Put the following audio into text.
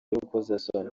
y’urukozasoni